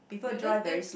you don't uh